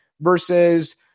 versus